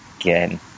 Again